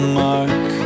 mark